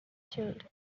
chilled